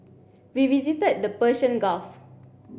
we visited the Persian Gulf